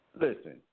Listen